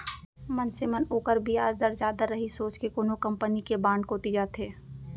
मनसे मन ओकर बियाज दर जादा रही सोच के कोनो कंपनी के बांड कोती जाथें